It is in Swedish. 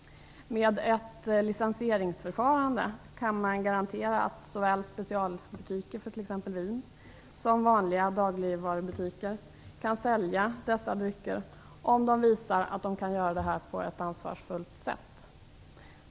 Med ett licensieringsförfarande kan man garantera att såväl specialbutiker för t.ex. vin som vanliga dagligvarubutiker kan sälja dessa drycker, om de visar att de kan göra detta på ett ansvarsfullt sätt.